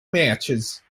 matches